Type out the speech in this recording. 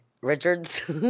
Richards